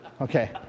Okay